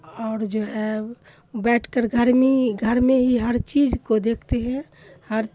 اور جو ہے بیٹھ کر گھر می گھر میں ہی ہر چیز کو دیکھتے ہیں ہر